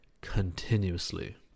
continuously